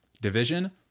division